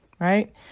right